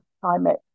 climate